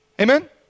Amen